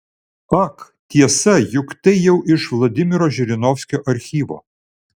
ak tiesa juk tai jau iš vladimiro žirinovskio archyvo